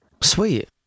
sweet